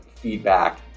feedback